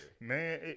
Man